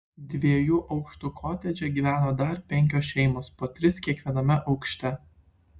dviejų aukštų kotedže gyveno dar penkios šeimos po tris kiekviename aukšte